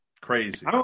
Crazy